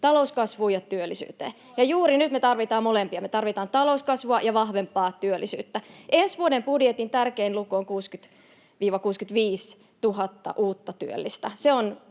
talouskasvuun ja työllisyyteen. Ja juuri nyt me tarvitaan molempia: me tarvitaan talouskasvua ja vahvempaa työllisyyttä. Ensi vuoden budjetin tärkein luku on 60 000—65 000 uutta työllistä.